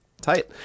Tight